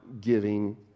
giving